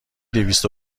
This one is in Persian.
دویست